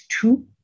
two